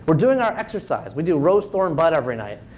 but doing our exercise. we do rose, thorn, bud every night.